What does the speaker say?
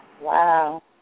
Wow